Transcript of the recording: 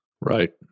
Right